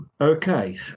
Okay